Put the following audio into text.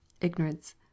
Ignorance